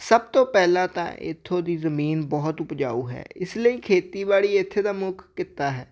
ਸਭ ਤੋਂ ਪਹਿਲਾਂ ਤਾਂ ਇੱਥੋਂ ਦੀ ਜ਼ਮੀਨ ਬਹੁਤ ਉਪਜਾਊ ਹੈ ਇਸ ਲਈ ਖੇਤੀਬਾੜੀ ਇੱਥੇ ਦਾ ਮੁੱਖ ਕਿੱਤਾ ਹੈ